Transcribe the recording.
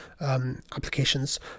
applications